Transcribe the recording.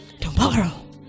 tomorrow